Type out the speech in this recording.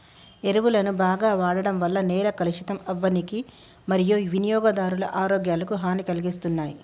ఎరువులను బాగ వాడడం వల్ల నేల కలుషితం అవ్వనీకి మరియూ వినియోగదారుల ఆరోగ్యాలకు హనీ కలిగిస్తున్నాయి